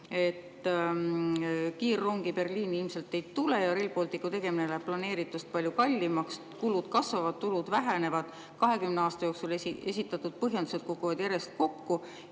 kiirrongi Berliini ilmselt ei tule ja Rail Balticu tegemine läheb planeeritust palju kallimaks. Kulud kasvavad, tulud vähenevad, 20 aasta jooksul esitatud põhjendused kukuvad järjest kokku.